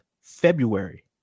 February